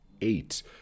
eight